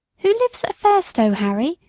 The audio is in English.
who lives at fairstowe, harry?